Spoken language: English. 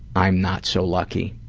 i'm not so lucky.